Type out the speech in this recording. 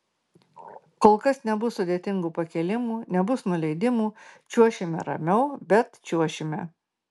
kol kas nebus sudėtingų pakėlimų nebus nuleidimų čiuošime ramiau bet čiuošime